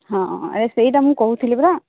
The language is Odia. ହଁ ଆରେ ସେଇଟା ମୁଁ କହୁଥିଲି ପରା